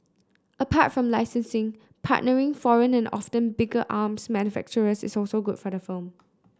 apart from licensing partnering foreign and often bigger arms manufacturers is also good for the firm